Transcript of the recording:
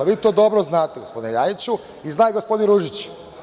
Vi to dobro znate, gospodine LJajiću i zna i gospodin Ružić.